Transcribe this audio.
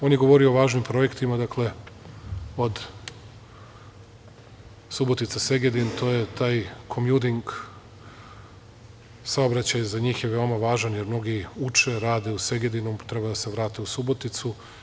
On je govorio o važnim projektima, dakle, od Subotice-Segedin, to je taj komjuding saobraćaj, za njih je veoma važan, jer mnogi uče, rade u Segedinu, treba da se vrate u Suboticu.